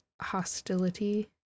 hostility